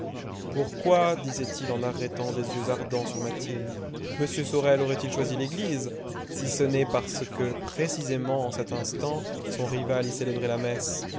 pourquoi disait-il en arrêtant des yeux ardents sur mathilde m sorel aurait-il choisi l'église si ce n'est parce que précisément en cet instant son rival y célébrait la messe